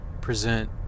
present